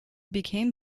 became